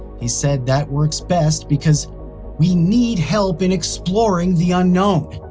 he said that works best because we need help in exploring the unknown.